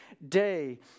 day